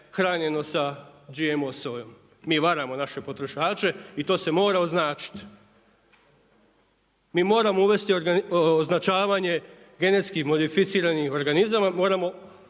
hranjeno sa GMO sojom. Mi varamo naše potrošače i to se mora označiti. Mi moramo uvesti označavanje GMO-a, moramo označavanje hrane